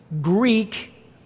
Greek